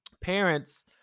parents